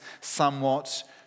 somewhat